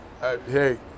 hey